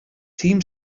team